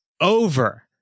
over